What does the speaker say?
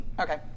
Okay